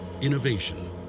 Innovation